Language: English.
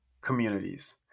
communities